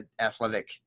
athletic